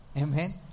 Amen